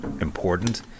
important